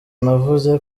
navuze